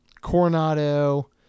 Coronado